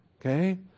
Okay